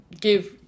give